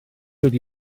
wedi